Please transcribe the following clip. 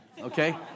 okay